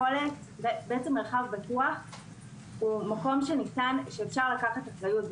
המרחב הבטוח הוא מקום שניתן לקחת אחריות.